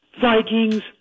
Vikings